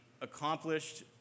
accomplished